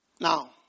Now